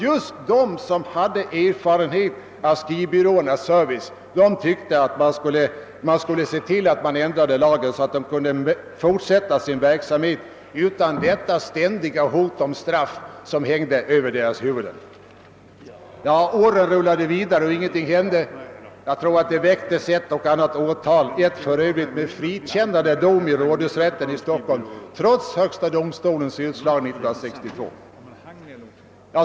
Just de som hade erfarenhet av skrivbyråernas service tyckte att lagen borde ändras så att verksamheten fick fortsätta utan att man hade detta ständiga hot om straff hängande över sitt huvud. Åren rullade vidare och ingenting hände. Jag tror att det väcktes ett och annat åtal — ett för övrigt med frikännande dom i rådhusrätten i Stockholm trots högsta domstolens utslag 1962.